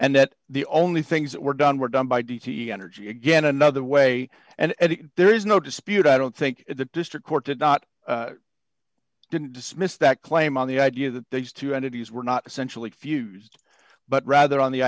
and that the only things that were done were done by d t energy again another way and there is no dispute i don't think the district court did not didn't dismiss that claim on the idea that these two entities were not essentially fused but rather on the